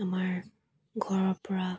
আমাৰ ঘৰৰ পৰা